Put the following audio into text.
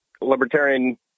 Libertarian